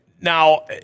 Now